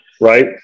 right